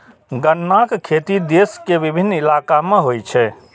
गन्नाक खेती देश के विभिन्न इलाका मे होइ छै